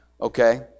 Okay